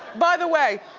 by the way,